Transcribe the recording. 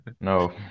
No